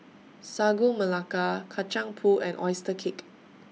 Sagu Melaka Kacang Pool and Oyster Cake